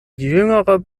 jüngerer